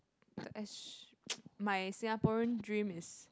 my Singaporean dream is